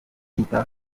bita